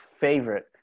favorite